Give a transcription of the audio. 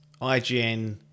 IGN